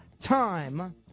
time